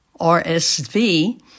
RSV